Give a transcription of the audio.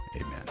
amen